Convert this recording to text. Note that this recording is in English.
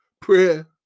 prayer